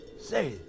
Say